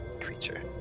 creature